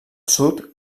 sud